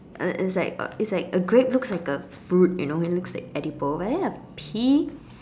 it it's like a it's like a grape looks like a fruit you know it looks edible but then a pea